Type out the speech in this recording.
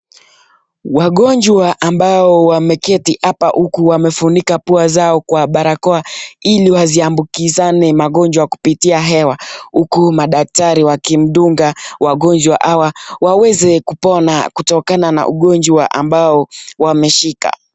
Wagonjwa ambao wameketi hapa huku wamefunika pua zao kwa barakoa ili wasiambukizane magonjwa kupitia hewa. Huku madaktari wakimdunga wagonjwa hawa waweze kupona kutokana na ugonjwa ambao wameshika.